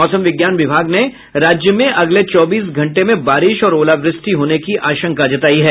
मौसम विज्ञान विभाग ने राज्य में अगले चौबीस घंटे में बारिश और ओलावृष्टि होने की आशंका जतायी है